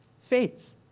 faith